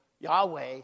Yahweh